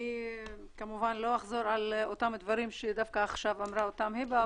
אני כמובן לא אחזור על אותם דברים שדווקא עכשיו אמרה אותם היבה,